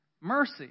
mercy